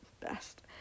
best